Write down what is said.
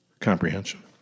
comprehension